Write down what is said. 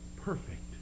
perfect